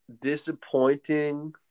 disappointing